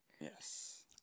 Yes